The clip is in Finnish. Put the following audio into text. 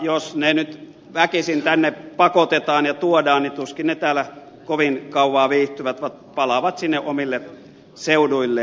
jos ne nyt väkisin tänne pakotetaan ja tuodaan niin tuskin ne täällä kovin kauan viihtyvät vaan palaavat sinne omille seuduilleen